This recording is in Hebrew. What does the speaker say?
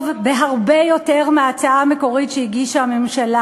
הרבה יותר מההצעה המקורית שהגישה הממשלה.